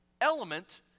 element